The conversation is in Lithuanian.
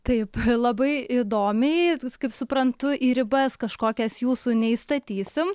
taip labai įdomiai kaip suprantu į ribas kažkokias jūsų neįstatysim